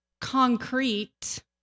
concrete